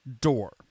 door